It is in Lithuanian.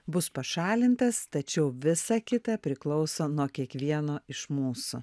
bus pašalintas tačiau visa kita priklauso nuo kiekvieno iš mūsų